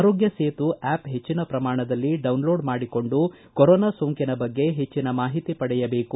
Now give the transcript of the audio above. ಆರೋಗ್ತ ಸೇತು ಆ್ಯಪ್ ಹೆಚ್ಚಿನ ಪ್ರಮಾಣದಲ್ಲಿ ಡೌನ್ಲೋಡ್ ಮಾಡಿಕೊಂಡು ಕೊರೊನಾ ಸೋಂಕಿನ ಬಗ್ಗೆ ಹೆಚ್ಚಿನ ಮಾಹಿತಿ ಪಡೆಯಬೇಕು